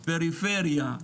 פריפריה,